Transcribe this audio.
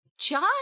John